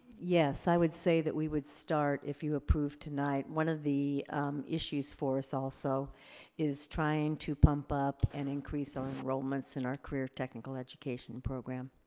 yes, i would say that we would start if you approved tonight. one of the issues for us also is trying to pump up and increase our enrollments in our career technical education program.